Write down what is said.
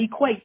equates